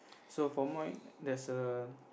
so for mine there's a